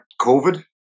COVID